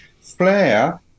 flare